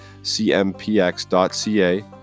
cmpx.ca